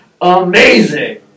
amazing